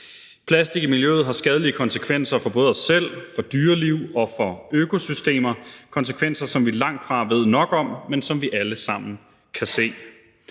Plastik i miljøet har skadelige konsekvenser for både os selv, for dyreliv og for økosystemer, konsekvenser, som vi langtfra ved nok om, men som vi alle sammen kan se.